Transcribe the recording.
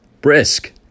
brisk